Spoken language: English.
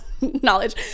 knowledge